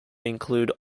include